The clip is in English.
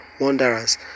wanderers